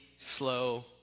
slow